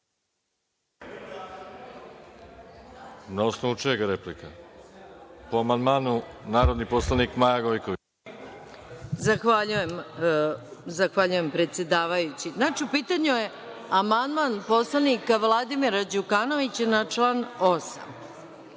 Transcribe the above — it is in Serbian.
Na osnovu čega replika? Po amandmanu narodni poslanik Maja Gojković. **Maja Gojković** Zahvaljujem predsedavajući. Znači, u pitanju je amandman poslanika Vladimira Đukanovića, na član 8.